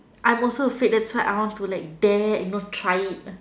I'm also afraid that's why I want to dare you know try it